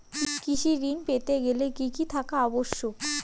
কৃষি ঋণ পেতে গেলে কি কি থাকা আবশ্যক?